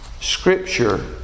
Scripture